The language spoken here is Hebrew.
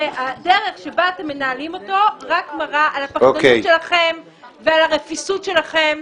והדרך שבה אתם מנהלים אותו רק מראה על הפחדנות שלכם ועל הרפיסות שלכם,